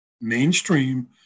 mainstream